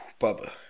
Bubba